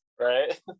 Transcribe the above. right